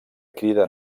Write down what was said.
crida